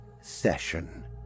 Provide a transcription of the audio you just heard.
session